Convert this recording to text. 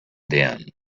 din